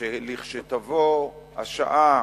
שכשתבוא השעה